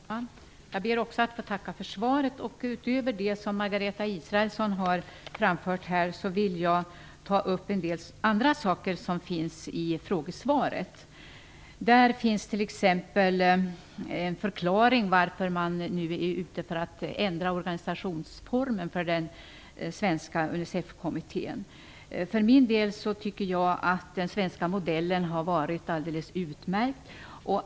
Fru talman! Jag ber också att få tacka för svaret. Utöver det Margareta Israelsson har framfört vill jag ta upp en del andra saker som nämns i frågesvaret. Där finns t.ex. en förklaring till att man nu vill ändra organisationsformen för den svenska För min del tycker jag att den svenska modellen har varit alldeles utmärkt.